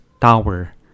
tower